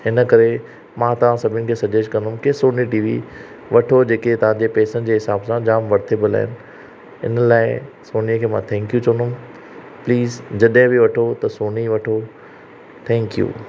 हिन करे मां तव्हां सभिनि खे सजेस्ट कंदमि कि सोनी टी वी वठो जेके तव्हां खे पैसनि जे हिसाब सां जाम व्यर्थ एबल आहिनि इन लाइ सोनी खे मां थैंक यू चउंदुमि प्लीज़ जॾहिं बि वठो त सोनी वठो थैंक यू